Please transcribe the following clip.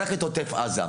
רק את עוטף עזה.